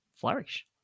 flourish